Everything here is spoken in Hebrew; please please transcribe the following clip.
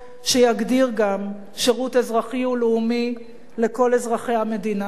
שיגדיר גם שירות אזרחי ולאומי לכל אזרחי המדינה.